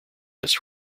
this